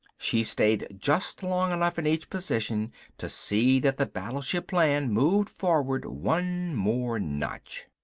she stayed just long enough in each position to see that the battleship plan moved forward one more notch.